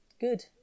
good